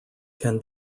can